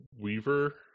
weaver